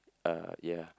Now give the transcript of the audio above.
uh ya